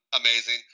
Amazing